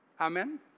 Amen